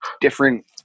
different